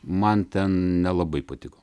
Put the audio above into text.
man ten nelabai patiko